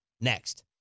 next